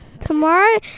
tomorrow